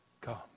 Come